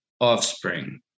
offspring